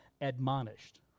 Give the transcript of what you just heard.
admonished